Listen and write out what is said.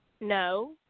no